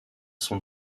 son